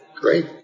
Great